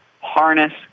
harness